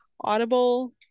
Audible